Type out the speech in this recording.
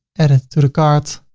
add it to the cart,